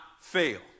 fail